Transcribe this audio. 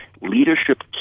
leadership